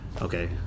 okay